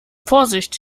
vorsicht